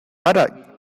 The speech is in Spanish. para